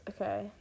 Okay